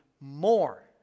more